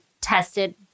tested